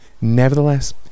nevertheless